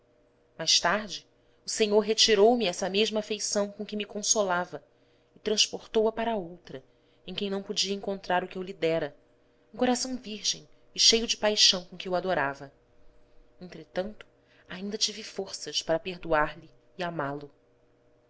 mais tarde o senhor reti rou me essa mesma afeição com que me consolava e trans portou a para outra em quem não podia encontrar o que eu lhe dera um coração virgem e cheio de paixão com que o adorava entretanto ainda tive forças para perdoar-lhe e amá-lo